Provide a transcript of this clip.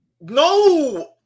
No